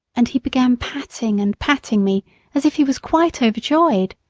and he began patting and patting me as if he was quite overjoyed.